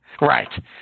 Right